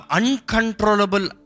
uncontrollable